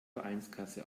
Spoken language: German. vereinskasse